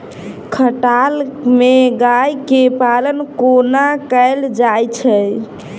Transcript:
खटाल मे गाय केँ पालन कोना कैल जाय छै?